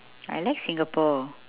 I like singapore